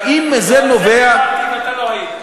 האם מזה נובע, על זה דיברתי ולא היית.